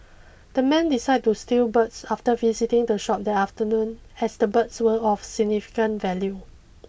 the men decided to steal the birds after visiting the shop that afternoon as the birds were of significant value